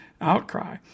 outcry